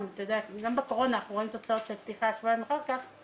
גם בקורונה אנחנו רואים תוצאות שבועיים אחר כך אבל